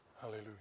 Hallelujah